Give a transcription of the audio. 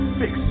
fix